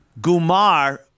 Gumar